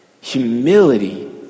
humility